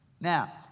Now